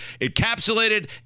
encapsulated